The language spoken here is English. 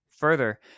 Further